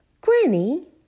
Granny